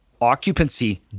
occupancy